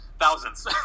thousands